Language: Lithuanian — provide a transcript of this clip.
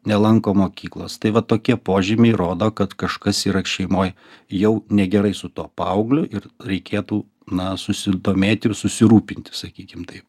nelanko mokyklos tai va tokie požymiai rodo kad kažkas yra šeimoj jau negerai su tuo paauglio ir reikėtų na susidomėti ir susirūpinti sakykim taip